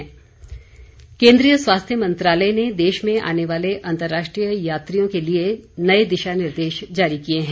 दिशा निर्देश केन्द्रीय स्वास्थ्य मंत्रालय ने देश में आने वाले अंतरराष्ट्रीय यात्रियों के लिए नए दिशा निर्देश जारी किए हैं